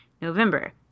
November